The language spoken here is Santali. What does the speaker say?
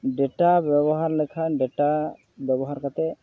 ᱰᱮᱴᱟ ᱵᱮᱵᱚᱦᱟᱨ ᱞᱮᱠᱷᱟᱱ ᱰᱮᱴᱟ ᱵᱮᱵᱚᱦᱟᱨ ᱠᱟᱛᱮᱫ